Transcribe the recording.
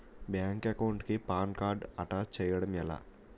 Bank account కి PAN card attach చేయడం ఎలా?